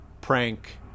prank